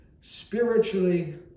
spiritually